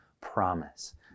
promise